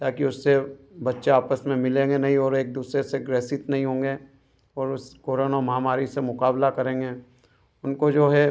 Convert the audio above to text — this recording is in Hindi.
ताकि उससे बच्चे आपस में मिलेंगे नहीं और एक दूसरे से ग्रसित नहीं होंगे और इस कोरोना महामारी से मुकाबला करेंगे उनको जो है